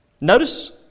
Notice